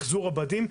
מחזור הבדים,